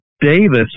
Davis